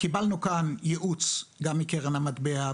קיבלנו כאן ייעוץ מקרן המטבע,